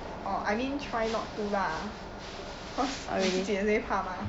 orh I mean try not to lah cause I 自己也会怕嘛